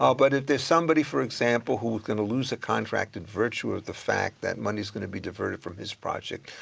ah but if there's somebody for example who's gonna lose a contract in virtue of the fact that money is gonna be diverted from his project,